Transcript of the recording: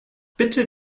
bitte